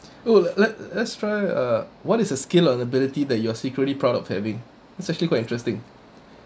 oh let let's try uh what is the skill and ability that you are secretly proud of having it's actually quite interesting